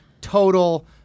total